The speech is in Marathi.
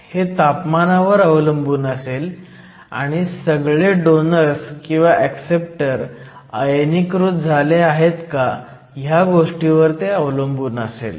हे तापमानावर अवलंबून असेल आणि सगळे डोनर्स किंवा ऍक्सेप्टर आयनीकृत झाले आहेत का ह्या गोष्टीवर अवलंबून असेल